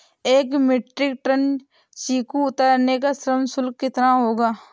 एक metric ton चीकू उतारने का श्रम शुल्क कितना होगा?